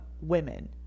women